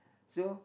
so